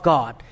God